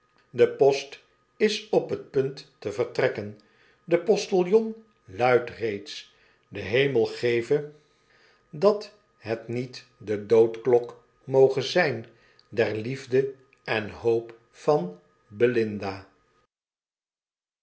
de post is op het punt te vertrekken de postiljon luidt reeds de hemel geve dat het niet dedoodklokmoge zyn der liefde en hoop van belinda